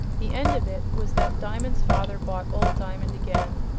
the end of it was that diamond's father bought old diamond again,